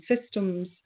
systems